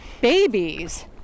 babies